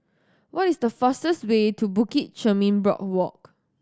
what is the fastest way to Bukit Chermin Boardwalk